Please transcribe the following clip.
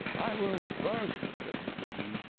i will burst, said mr. v,